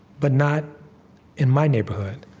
but not in my neighborhood.